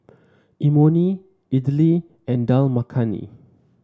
Imoni Idili and Dal Makhani